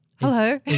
Hello